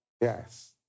Yes